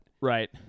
Right